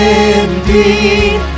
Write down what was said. indeed